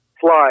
fly